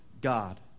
God